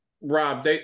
Rob